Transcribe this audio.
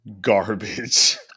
garbage